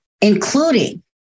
including